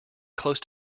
close